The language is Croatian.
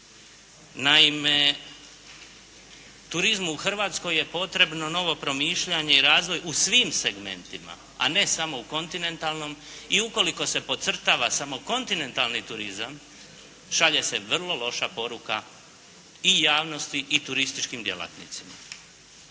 Naime, turizmu u Hrvatskoj je potrebno novo promišljanje i razvoj u svim segmentima a ne samo u kontinentalnom i ukoliko se podcrtava samo kontinentalni turizam, šalje se vrlo loša poruka i javnosti i turističkim djelatnicima.